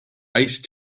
ice